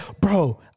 bro